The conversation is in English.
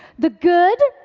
the good,